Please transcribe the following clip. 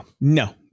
no